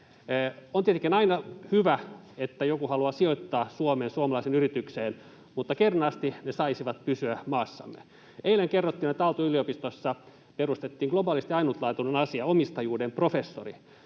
On tietenkin aina hyvä, että joku haluaa sijoittaa Suomeen, suomalaiseen yritykseen, mutta kernaasti ne saisivat pysyä maassamme. Eilen kerrottiin, että Aalto-yliopistoon on perustettu globaalisti ainutlaatuinen asia, omistajuuden professuuri,